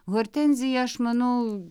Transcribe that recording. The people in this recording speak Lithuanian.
hortenzija aš manau